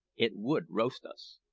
it would roast us.